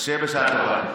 שיהיה בשעה טובה.